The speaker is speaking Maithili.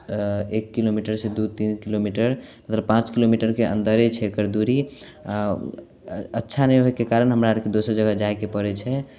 एक किलोमीटरसँ दू तीन किलोमीटर पाँच किलोमीटरके अन्दरे छै एकर दूरी आ अच्छा नहि होएके कारण हमरा आरके दोसर जगह जाएके पड़ैत छै